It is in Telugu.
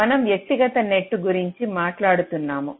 మనం వ్యక్తిగత నెట్స్ గురించి మాట్లాడుతున్నాము